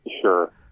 sure